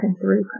through